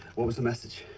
what was message?